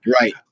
Right